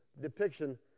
depiction